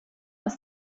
ist